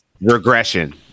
Regression